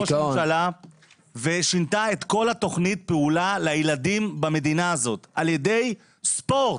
ראש ממשלה ושינתה את כל תוכנית הפעולה לילדים במדינה הזאת על ידי ספורט,